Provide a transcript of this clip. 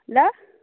ल